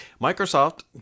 Microsoft